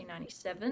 1997